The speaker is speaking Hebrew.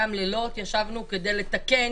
גם לילות ישבנו כדי לתקן